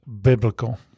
biblical